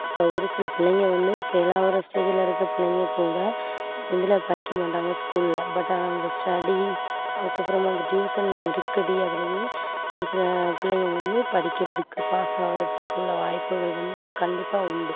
அப்போ ஒரு சில பிள்ளைங்க வந்து ஃபெயில் ஆகிற ஸ்டேஜில் இருக்கற பிள்ளைங்க கூட இதில் படிக்க மாட்டாங்க ஸ்கூலில் பட் ஆனால் இந்த ஸ்டடியிங் அதுக்கப்புறம் அந்த டியூசன் நெருக்கடி அதிலயே ஒரு சில பிள்ளைங்க வந்து படிக்கிறதுக்கு பாஸ் ஆகுறதுக்குள்ள வாய்ப்புகள் வந்து கண்டிப்பாக உண்டு